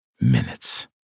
minutes